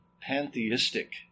pantheistic